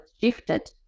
shifted